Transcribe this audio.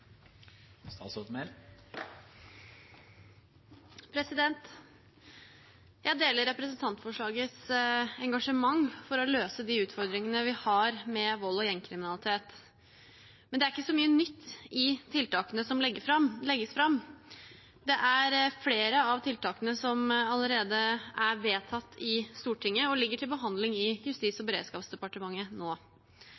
Jeg deler engasjementet i representantforslaget for å løse de utfordringene vi har med vold og gjengkriminalitet, men det er ikke så mye nytt i tiltakene som legges fram. Flere av tiltakene er allerede vedtatt i Stortinget og ligger til behandling i Justis- og